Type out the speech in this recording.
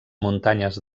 muntanyes